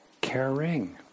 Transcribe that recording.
caring